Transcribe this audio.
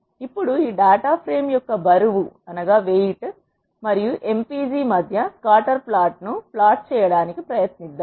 ఇప్పుడు ఈ data frame యొక్క బరువు మరియు m p g మధ్య స్కాటర్ ప్లాట్ను ప్లాట్ చేయడానికి ప్రయత్నిద్దాం